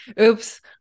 Oops